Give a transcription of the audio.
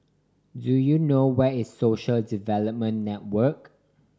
do you know where is Social Development Network